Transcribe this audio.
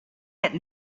had